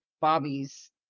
Bobby's